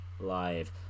live